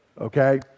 Okay